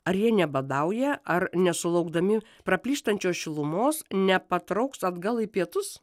ar jie nebadauja ar nesulaukdami praplyštančio šilumos nepatrauks atgal į pietus